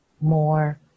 more